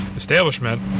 establishment